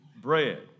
bread